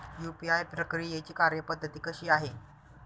UPI प्रक्रियेची कार्यपद्धती कशी आहे?